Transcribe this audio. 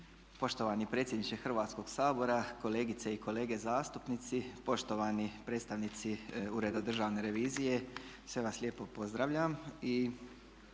Poštovani predsjedniče Hrvatskog sabora, kolegice i kolege zastupnici, poštovani predstavnici Ureda državne revizije sve vas lijepo pozdravljam